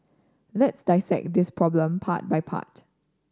let's dissect this problem part by part